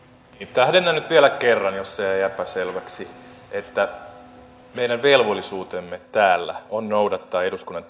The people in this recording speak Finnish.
tähdennän nyt vielä kerran jos se jäi epäselväksi että meidän velvollisuutemme täällä on noudattaa eduskunnan